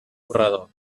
corredor